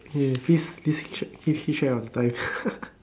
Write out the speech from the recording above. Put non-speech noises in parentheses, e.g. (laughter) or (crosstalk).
okay please please keep please keep track of the time (laughs)